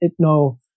Itno